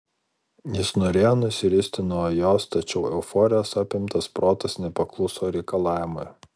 jis norėjo nusiristi nuo jos tačiau euforijos apimtas protas nepakluso reikalavimui